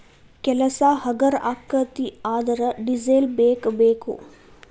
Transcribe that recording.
ಕೆಲಸಾ ಹಗರ ಅಕ್ಕತಿ ಆದರ ಡಿಸೆಲ್ ಬೇಕ ಬೇಕು